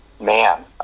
Man